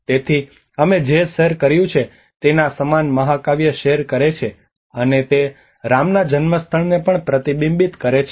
તેથી અમે જે શેર કર્યું છે તેના સમાન મહાકાવ્ય શેર કરે છે અને તે રામના જન્મસ્થળને પણ પ્રતિબિંબિત કરે છે